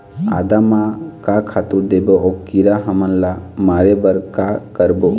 आदा म का खातू देबो अऊ कीरा हमन ला मारे बर का करबो?